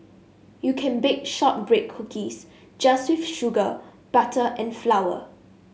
you can bake shortbread cookies just with sugar butter and flour